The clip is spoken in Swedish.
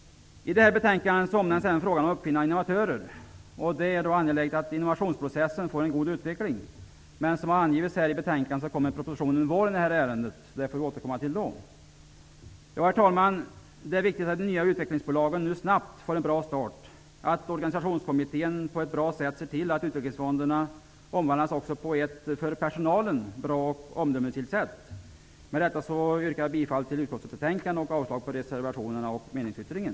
I det här betänkandet omnämns även frågan om uppfinnare och innovatörer. Det är angeläget att innovationsprocessen får en god utveckling. Som har angivits i betänkandet kommer det en proposition under våren i detta ärende. Därför får vi då återkomma till den frågan. Herr talman! Det är viktigt att de nya utvecklingsbolagen får en bra start och att organisationskommittén ser till att utvecklingsfonderna omvandlas på ett bra och omdömesgillt sätt också för personalen. Med detta yrkar jag bifall till utskottets hemställan och avslag på reservationerna och meningsyttringen.